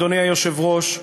אדוני היושב-ראש,